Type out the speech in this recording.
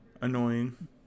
annoying